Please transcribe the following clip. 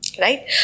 Right